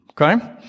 Okay